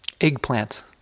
Eggplant